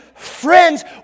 Friends